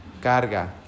carga